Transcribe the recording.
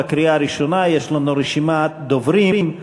בקריאה ראשונה יש לנו רשימת דוברים.